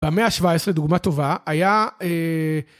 במאה השבע עשרה דוגמה טובה היה